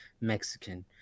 Mexican